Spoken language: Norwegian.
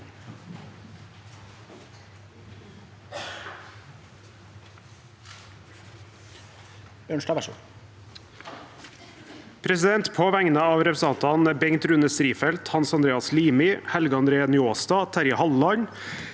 På vegne av re- presentantene Bengt Rune Strifeldt, Hans Andreas Limi, Helge André Njåstad, Terje Halleland,